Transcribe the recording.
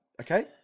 Okay